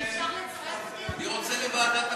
אפשר לצרף אותי,